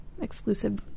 exclusive